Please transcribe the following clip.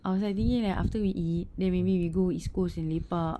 I was like thinking that after we eat then maybe we go east coast and lepak